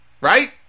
right